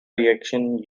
reaction